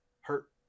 hurt